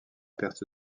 perte